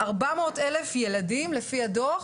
400,000 ילדים לפי הדוח